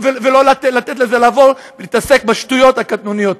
ולא לתת לזה לעבור ולהתעסק בשטויות קטנוניות.